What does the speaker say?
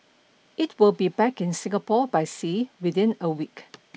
it will be back in Singapore by sea within a week